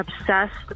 obsessed